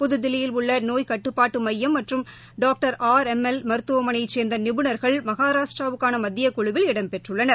புதுதில்லியில் உள்ள நோய் கட்டுப்பாட்டு மையம் மற்றும் டாக்டர் ஆர் எம் எல் மருத்துவமனையைச் சேர்ந்த நிபுணர்கள் மகாராஷ்டராவுக்கான மத்திய குழுவில் இடம்பெற்றுள்ளனர்